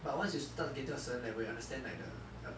but once you start getting a certain level you understand like the